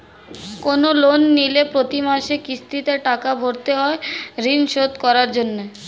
কোন লোন নিলে প্রতি মাসে কিস্তিতে টাকা ভরতে হয় ঋণ শোধ করার জন্য